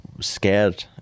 scared